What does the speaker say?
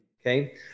Okay